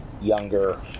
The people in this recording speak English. younger